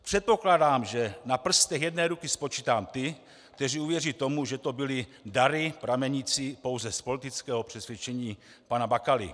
Předpokládám, že na prstech jedné ruky spočítám ty, kteří uvěří tomu, že to byly dary pramenící pouze z politického přesvědčení pana Bakaly.